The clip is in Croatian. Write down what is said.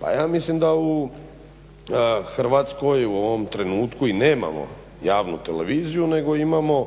pa ja mislim da u Hrvatskoj u ovom trenutku i nemamo javnu televiziju nego imamo